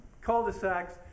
cul-de-sacs